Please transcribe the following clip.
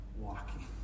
walking